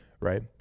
right